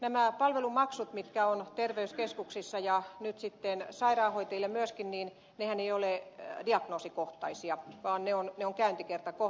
nämä palvelumaksut jotka ovat terveyskeskuksissa ja nyt sitten sairaanhoitajille myöskin eivät ole diagnoosikohtaisia vaan ne ovat käyntikertakohtaisia